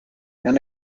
and